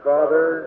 Father